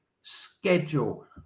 schedule